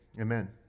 Amen